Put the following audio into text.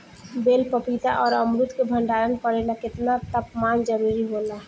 बेल पपीता और अमरुद के भंडारण करेला केतना तापमान जरुरी होला?